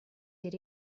did